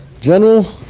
general,